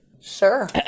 Sure